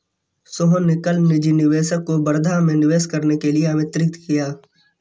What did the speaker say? सोहन ने कल निजी निवेशक को वर्धा में निवेश करने के लिए आमंत्रित किया